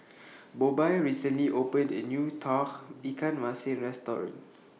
Bobbye recently opened A New Tauge Ikan Masin Restaurant